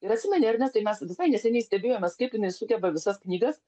ir atsimeni ernestai mes visai neseniai stebėjomės kaip jinai sugeba visas knygas